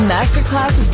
Masterclass